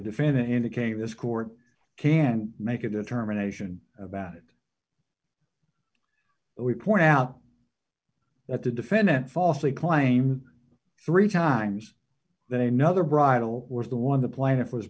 defendant indicating this court can make a determination about it we point out that the defendant falsely claim three times they know the bridle was the one the plaintiff was